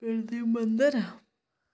जन्दे मंदर